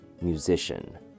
Musician